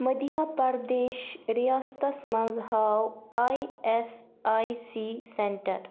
مٔدھیہ پرٛدیش ریاستس مَنٛز ہاو I S I C centre